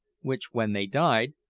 which, when they died,